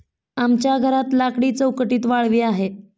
आमच्या घरात लाकडी चौकटीत वाळवी आहे